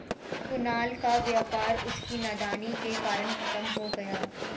कुणाल का व्यापार उसकी नादानी के कारण खत्म हो गया